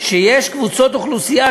שיש קבוצות אוכלוסייה,